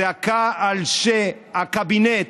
זעקה על זה שהקבינט,